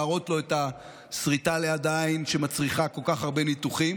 להראות לו את הסריטה ליד העין שמצריכה כל כך הרבה ניתוחים,